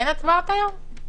אין הצבעות היום?